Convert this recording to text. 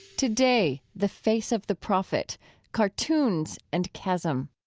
today, the face of the prophet cartoons and chasm.